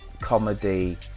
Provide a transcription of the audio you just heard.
comedy